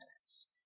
minutes